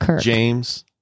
James